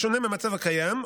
בשונה מהמצב הקיים,